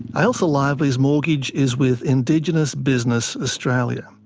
ailsa lively's mortgage is with indigenous business australia,